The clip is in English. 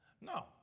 No